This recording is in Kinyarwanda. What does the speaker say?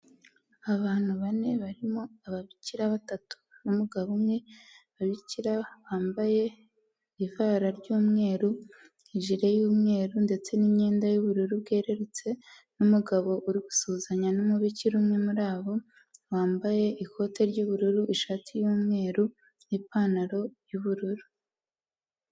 Abantu bane barimo ababikira batatu n'umugabo umwe, ababikira bambaye ivara ry'umweru, ijire y'umweru ndetse n'imyenda y'ubururu bwerurutse n'umugabo uri gusuhuzanya n'umubikira umwe muri bo, wambaye ikote ry'ubururu, ishati y'umweru n'ipantaro y'ubururu.